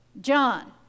John